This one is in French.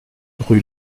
rue